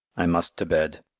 i must to bed.